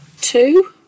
Two